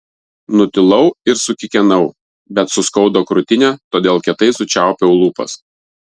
nutilau ir sukikenau bet suskaudo krūtinę todėl kietai sučiaupiau lūpas